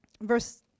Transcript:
verse